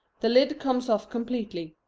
the lid comes off completely.